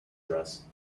dress